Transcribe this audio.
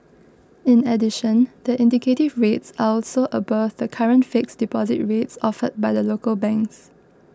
in addition the indicative rates are also above the current fixed deposit rates offered by the local banks